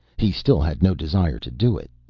he still had no desire to do it,